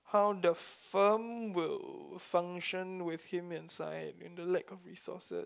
how the firm will function with him inside in the lack of resources